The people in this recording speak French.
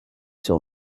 sur